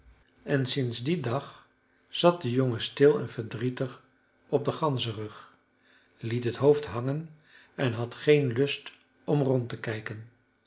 en sinds dien dag zat de jongen stil en verdrietig op den ganzenrug liet het hoofd hangen en had geen lust om rond te kijken